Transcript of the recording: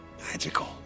magical